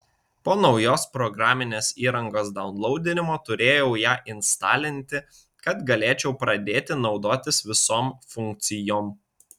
po naujos programinės įrangos daunlaudinimo turėjau ją instalinti kad galėčiau pradėti naudotis visom funkcijom